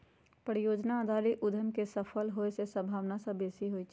परिजोजना आधारित उद्यम के सफल होय के संभावना सभ बेशी होइ छइ